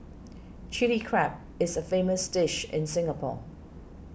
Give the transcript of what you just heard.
Chilli Crab is a famous dish in Singapore